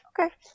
okay